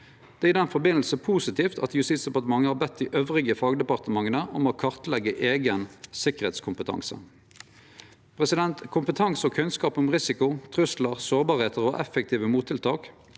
med det er det positivt at Justisdepartementet har bedt dei andre fagdepartementa om å kartleggje eigen sikkerheitskompetanse. Kompetanse og kunnskap om risiko, truslar, sårbarheiter og effektive mottiltak